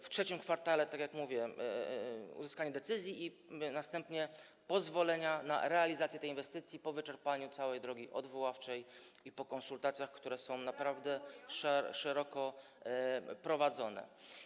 W III kwartale, tak jak mówię, nastąpi uzyskanie decyzji, a następnie pozwolenia na realizację tej inwestycji po wyczerpaniu całej drogi odwoławczej i po konsultacjach, które są naprawdę szeroko prowadzone.